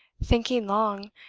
thinking long,